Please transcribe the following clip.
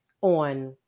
on